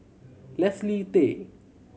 Leslie Tay